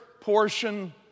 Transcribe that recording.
portion